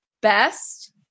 best